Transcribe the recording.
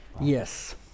Yes